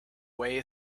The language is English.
way